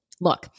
Look